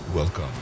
Welcome